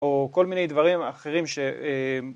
או כל מיני דברים אחרים ש...